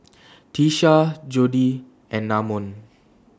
Tiesha Jodi and Namon